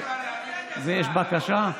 יש בקשה?